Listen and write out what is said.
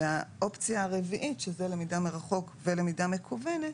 והאופציה הרביעית, שזה למידה מרחוק ולמידה מקוונת,